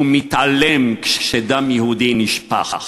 מתעלם כשדם יהודי נשפך.